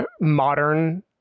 modern